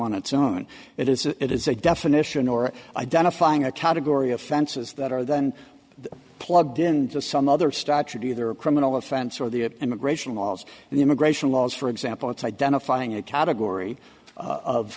on its own it is it is a definition or identifying a category offenses that are then plugged in to some other statute either a criminal offense or the immigration laws and the immigration laws for example it's identifying a category of